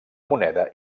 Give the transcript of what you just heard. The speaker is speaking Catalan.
moneda